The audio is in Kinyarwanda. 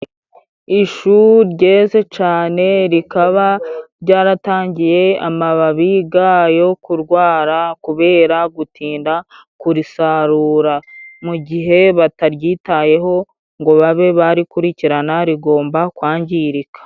Ishu ryeze cane rikaba ryaratangiye amababi gayo kurwara, kubera gutinda kurisarura. Mu gihe bataryitayeho ngo babe barikurikirana, rigomba kwangirika.